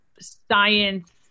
science